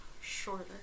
shorter